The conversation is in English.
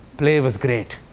play was great.